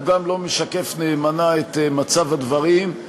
הוא גם לא משקף נאמנה את מצב הדברים,